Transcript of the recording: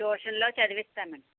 ట్యూషన్లో చదివిస్తామండి